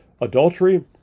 Adultery